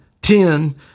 ten